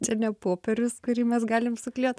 čia ne popierius kurį mes galim suklijuot